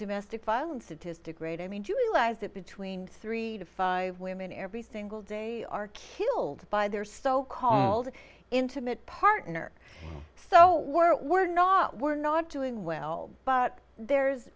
domestic violence that is degrade i mean do you realize that between three to five women every single day are killed by their so called intimate partner so we're not we're not doing well but there's